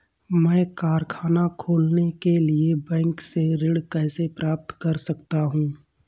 मैं कारखाना खोलने के लिए बैंक से ऋण कैसे प्राप्त कर सकता हूँ?